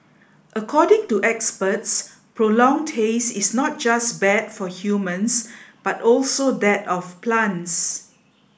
according to experts prolonged haze is not just bad for humans but also that of plants